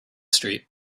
street